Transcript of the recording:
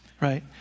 right